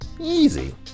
Easy